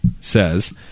says